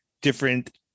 different